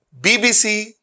BBC